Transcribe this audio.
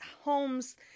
homes